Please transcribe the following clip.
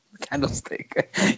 candlestick